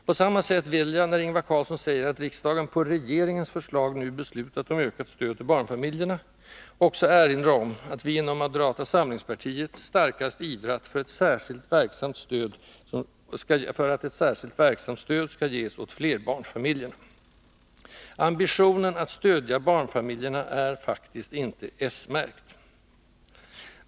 På samma sätt vill jag, när Ingvar Carlsson säger att riksdagen ”på regeringens förslag” nu beslutat om ökat stöd till barnfamiljerna, också erinra om att vi inom moderata samlingspartiet starkast ivrat för att särskilt verksamt stöd skall ges åt flerbarnsfamiljerna. Ambitionen att stödja barnfamiljerna är faktiskt inte märkt.